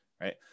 right